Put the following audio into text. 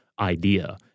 idea